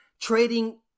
trading